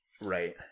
Right